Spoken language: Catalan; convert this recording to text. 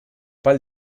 pel